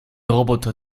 roboter